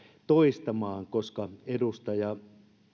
toistamaan koska edustaja